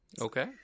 Okay